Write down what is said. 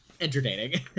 entertaining